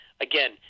Again